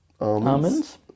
Almonds